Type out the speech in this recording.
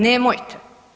Nemojte.